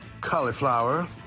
Cauliflower